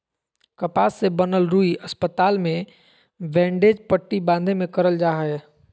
कपास से बनल रुई अस्पताल मे बैंडेज पट्टी बाँधे मे करल जा हय